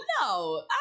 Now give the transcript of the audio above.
No